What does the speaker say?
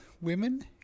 women